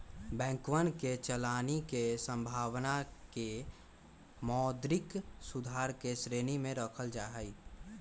बैंकवन के चलानी के संभावना के मौद्रिक सुधार के श्रेणी में रखल जाहई